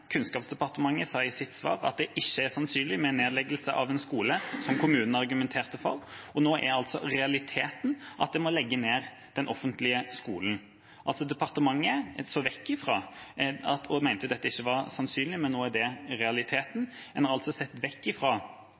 i sitt svar at det ikke var sannsynlig med nedleggelse av en skole som kommunen argumenterte for. Nå er altså realiteten at man må legge ned den offentlige skolen. Departementet så bort fra det og mente at det ikke var sannsynlig, men nå er det realiteten. Man har altså sett